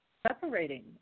separating